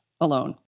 alone